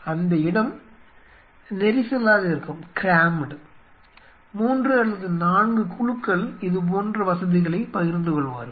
அந்த இடம் நெரிசலாக இருக்கும் மூன்று அல்லது நான்கு குழுக்கள் இதுபோன்ற வசதிகளைப் பகிர்ந்துகொள்வார்கள்